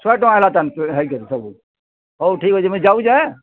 ଶହେ ଟଙ୍ଗା ହେଲା ହେଇକରି ସବୁ ହୋଉ ଠିକ୍ ଅଛେ ମୁଇଁ ଯାଉଚେଁ